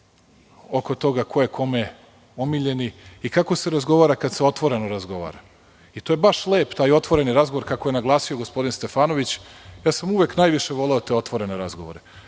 je tu, ko je kome omiljeni i kako se razgovara kada se otvoreno razgovara. To je baš lep taj otvoreni razgovor, kako je naglasio gospodin Stefanović. Uvek sam najviše voleo te otvorene razgovore.